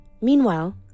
Meanwhile